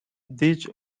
these